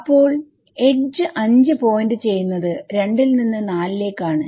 അപ്പോൾ edge 5 point ചെയ്യുന്നത് 2 ൽ നിന്ന് 4 ലേക്കാണ്